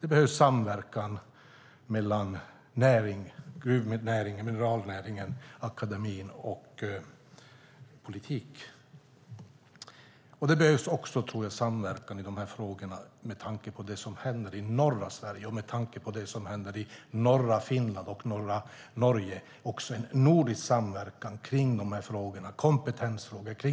Det behövs samverkan mellan gruv och mineralnäringen, akademin och politiken. Det behövs samverkan i dessa frågor också med tanke på det som händer i norra Sverige och med tanke på det som händer i norra Finland och norra Norge. Det behövs nordisk samverkan kring dessa frågor, kring kompetensfrågor,